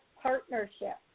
partnership